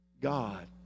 God